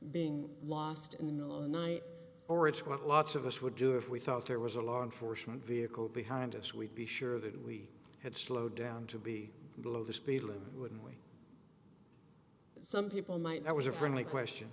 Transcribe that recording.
being lost in the low night orage what lots of us would do if we thought there was a law enforcement vehicle behind us we'd be sure that we had slowed down to be below the speed limit wouldn't we some people might that was a friendly question